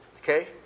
Okay